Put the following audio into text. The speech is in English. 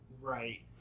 Right